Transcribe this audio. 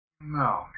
No